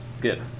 good